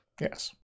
Yes